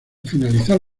finalizar